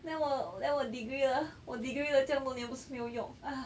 then 我 then 我 degree ah 我 degree 了这样多年不是没有用 ah